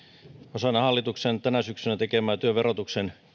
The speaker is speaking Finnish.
osana hallituksen tänä syksynä tekemää työn verotuksen